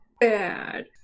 Bad